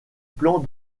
plans